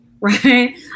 Right